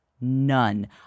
none